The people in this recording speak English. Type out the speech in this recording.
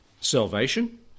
salvation